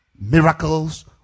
miracles